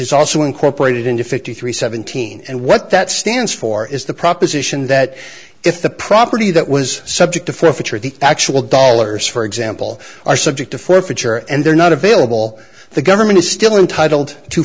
is also incorporated into fifty three seventeen and what that stands for is the proposition that if the property that was subject to for future the actual dollars for example are subject to for future and they're not available the government is still untitled to